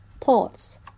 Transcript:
thoughts